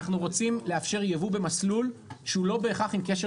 אנחנו רוצים לאפשר יבוא במסלול שהוא לא בהכרח עם קשר